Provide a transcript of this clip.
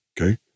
Okay